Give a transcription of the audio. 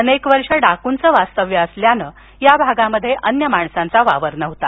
अनेक वर्षं डाकूंचं वास्तव्य असल्यानं या भागात अन्य माणसांचा वावर नव्हता